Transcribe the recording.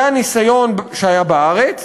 זה הניסיון שהיה בארץ,